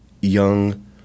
young